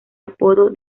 apodo